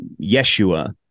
Yeshua